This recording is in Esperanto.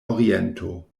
oriento